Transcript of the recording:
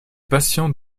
patients